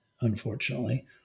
unfortunately